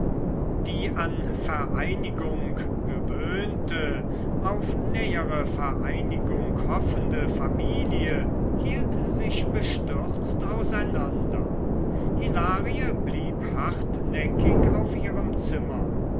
die an vereinigung gewöhnte auf nähere vereinigung hoffende familie hielt sich bestürzt auseinander hilarie blieb hartnäckig auf ihrem zimmer